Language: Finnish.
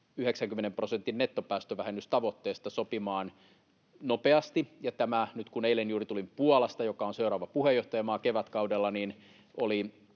90 prosentin nettopäästövähennystavoitteesta 2040 sopimaan nopeasti. Kun eilen juuri tulin Puolasta, joka on seuraava puheenjohtajamaa kevätkaudella,